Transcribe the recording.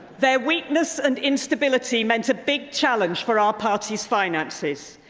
their weakness and instability meant a big challenge for our party's finances.